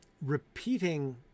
Repeating